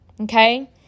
Okay